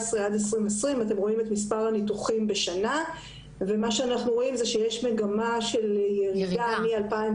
את מספר הניתוחים בשנה משנת 2014 ועד 2020. אנחנו רואים שיש מגמה של ירידה מ-2015